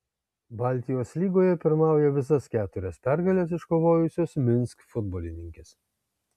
baltijos lygoje pirmauja visas keturias pergales iškovojusios minsk futbolininkės